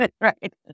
right